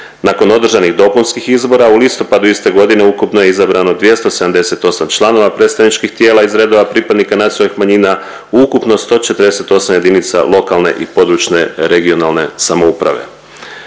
Nakon održanih dopunskih izbora u listopadu iste godine ukupno je izabrano 278 članova predstavničkih tijela iz redova pripadnika nacionalnih manjina u ukupno 158 jedinica lokalne i područne (regionalne) samouprave.